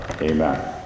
amen